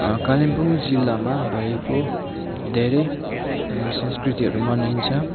कालिम्पोङ जिल्लामा भएको धेरै संस्कृतिहरू मनाइन्छ